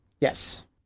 yes